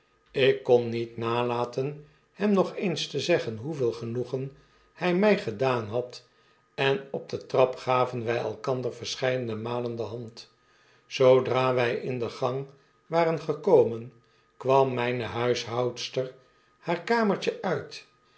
ik kon niet nalaten hem nog eens te zeggen hoeveel genoegen hy my gedaan had en opde trap gaven wy elkander verscheidene malen de hand zoodra wi in de gang waren gekomen kwam myne huishoudster haar kamertje uit